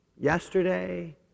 Yesterday